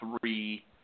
three